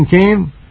came